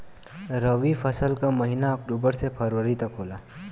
रवी फसल क महिना अक्टूबर से फरवरी तक होला